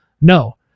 No